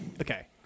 okay